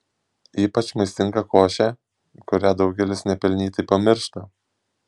ypač maistinga košė kurią daugelis nepelnytai pamiršta